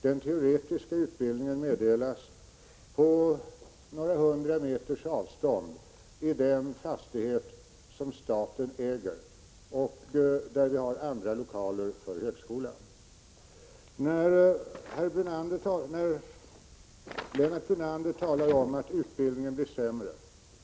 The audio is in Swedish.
Den teoretiska utbildningen meddelas på några hundra meters avstånd i en fastighet, som staten äger och där vi har andra lokaler för högskolan. Lennart Brunander talar om att utbildningen blir sämre.